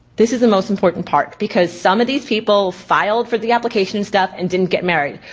this is the most important part. because some of these people filed for the application stuff and didn't get married.